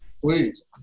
please